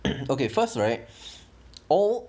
okay first right all